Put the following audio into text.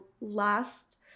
last